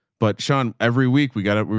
but sean, every week we gotta,